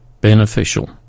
beneficial